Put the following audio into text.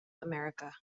america